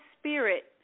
spirit